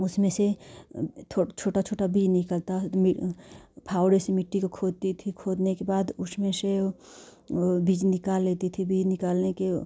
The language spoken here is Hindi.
उसमें से थो छोटा छोटा बीज निकलता है मि फावड़े से मिट्टी को खोदती थी खोदने के बाद उसमें से बीच निकाल लेती थी बीज निकालने के